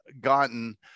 gotten